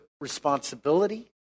responsibility